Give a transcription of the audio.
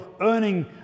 earning